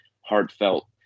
heartfelt